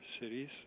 cities